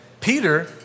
Peter